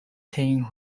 team